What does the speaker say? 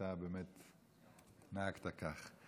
שאתה באמת נהגת כך.